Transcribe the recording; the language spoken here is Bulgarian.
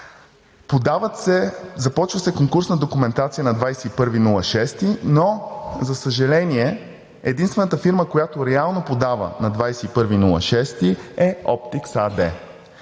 Започва се конкурсна документация на 21.06., но, за съжаление, единствената фирма, която реално подава на 21.06., е